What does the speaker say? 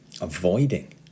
avoiding